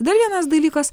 dar vienas dalykas